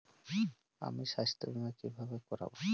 আমি স্বাস্থ্য বিমা কিভাবে করাব?